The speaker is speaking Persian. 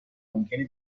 ممکنه